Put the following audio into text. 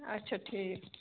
اچھا ٹھیٖک